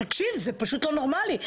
תקשיב, זה פשוט לא נורמלי.